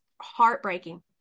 heartbreaking